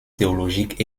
théologiques